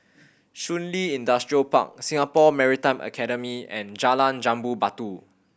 Shun Li Industrial Park Singapore Maritime Academy and Jalan Jambu Batu